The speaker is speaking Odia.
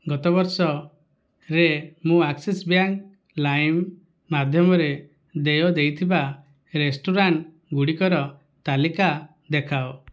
ଗତ ବର୍ଷରେ ମୁଁ ଆକ୍ସିସ୍ ବ୍ୟାଙ୍କ୍ ଲାଇମ୍ ମାଧ୍ୟମରେ ଦେୟ ଦେଇଥିବା ରେଷ୍ଟୁରାଣ୍ଟ୍ଗୁଡ଼ିକର ତାଲିକା ଦେଖାଅ